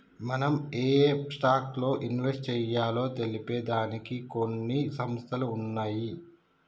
మనం ఏయే స్టాక్స్ లో ఇన్వెస్ట్ చెయ్యాలో తెలిపే దానికి కొన్ని సంస్థలు ఉన్నయ్యి